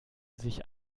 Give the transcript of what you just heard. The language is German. sich